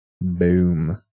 Boom